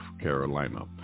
Carolina